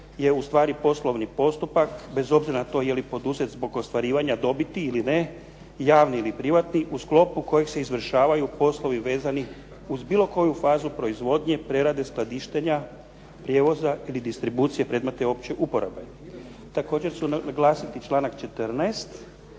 stvari poslovni postupak bez obzira na to je li poduzet zbog ostvarivanja dobiti ili ne javni ili privatni u sklopu kojeg se izvršavaju poslovi vezani uz bilo koju fazu proizvodnje, prerade, skladištenja, prijevoza ili distribucije predmeta opće uporabe. Također ću naglasiti članak 14.